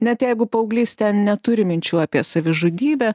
net jeigu paauglys ten neturi minčių apie savižudybę